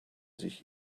sich